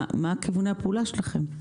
מה כיווני הפעולה שלכם?